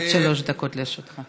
אדוני, עד שלוש דקות לרשותך.